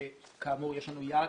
כאמור יש לנו יעד